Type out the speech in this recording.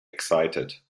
excited